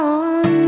on